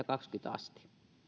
asti